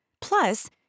plus